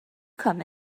come